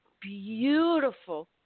beautiful